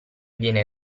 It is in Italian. viene